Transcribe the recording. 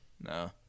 No